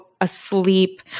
asleep